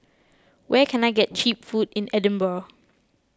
where can I get Cheap Food in Edinburgh